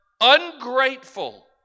ungrateful